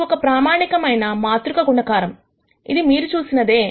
ఇది ఒక ప్రామాణికమైన మాతృక గుణకారం అది మీరు చూసినదే